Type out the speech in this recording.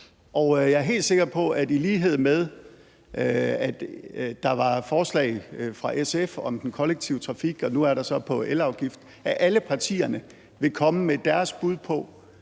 Jeg er helt sikker på, at i lighed med, at der var forslag fra SF om den kollektive trafik, og at der så nu er på elafgift, vil alle partierne komme med deres bud på,